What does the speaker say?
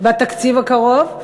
בתקציב הקרוב.